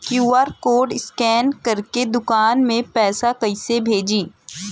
QR code scan करके दुकान में पैसा कइसे भेजी?